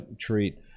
treat